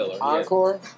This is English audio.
Encore